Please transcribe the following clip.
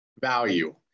value